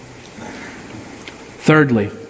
Thirdly